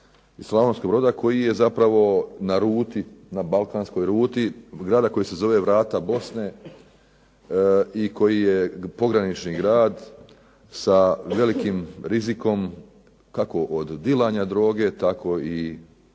Slavonskog Broda koji je zapravo na balkanskoj ruti, grada koji se zove "vrata Bosne" i koji je pogranični grad sa velikim rizikom kako od dilanja droge tako i uporabe